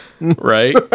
right